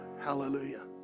Hallelujah